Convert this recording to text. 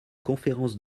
conférence